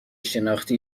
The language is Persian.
شناختی